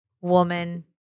woman